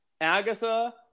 Agatha